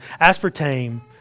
aspartame